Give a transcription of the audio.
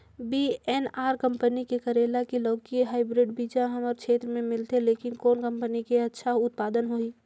VNR company के करेला की लौकी हाईब्रिड बीजा हमर क्षेत्र मे मिलथे, लेकिन कौन कंपनी के अच्छा उत्पादन होही?